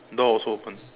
door also open